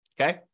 Okay